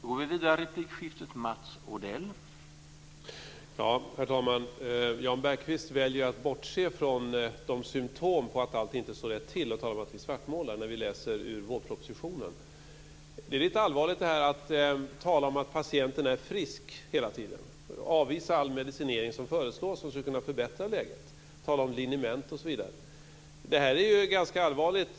Herr talman! Jan Bergqvist väljer att bortse från symtomen på att allt inte står rätt till och talar om att vi svartmålar när vi läser ur vårpropositionen. Det är lite allvarligt att tala om att patienten är frisk hela tiden och avvisa all medicinering som föreslås och som skulle kunna förbättra läget. Det talas om liniment osv. Det här är ganska allvarligt.